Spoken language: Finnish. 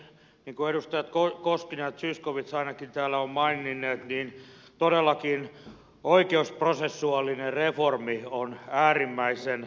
niin kuin ainakin edustajat koskinen ja zyskowicz täällä ovat maininneet todellakin oikeusprosessuaalinen reformi on äärimmäisen välttämätön